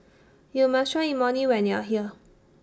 YOU must Try Imoni when YOU Are here